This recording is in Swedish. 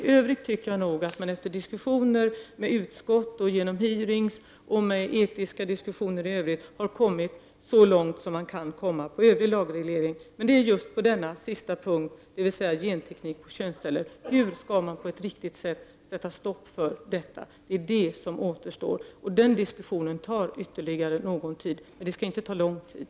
I övrigt tycker jag nog att man, efter diskussioner med utskott, genom hearings och med etiska diskussioner, har kommit så långt som man kan komma när det gäller övrig lagreglering. Det är just på denna sista punkt, dvs. genteknik på könsceller, som det finns svårigheter. Hur skall man sätta stopp för detta på ett riktigt sätt? Det är detta som återstår. Den diskussionen tar ytterligare någon tid, men det skall inte ta lång tid.